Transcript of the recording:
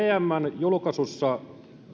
vmn julkaisussa